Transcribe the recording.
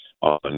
on